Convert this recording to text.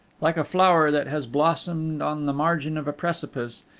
like a flower that has blossomed on the margin of a precipice,